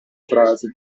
frase